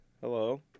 Hello